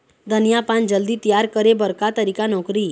धनिया पान जल्दी तियार करे बर का तरीका नोकरी?